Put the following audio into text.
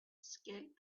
scaled